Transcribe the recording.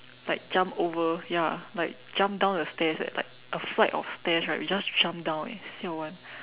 like jump over ya like jump down the stairs eh like a flight of stairs we just jump down eh siao [one]